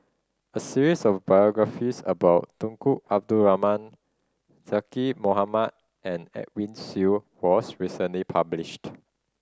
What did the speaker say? a series of biographies about Tunku Abdul Rahman Zaqy Mohamad and Edwin Siew was recently published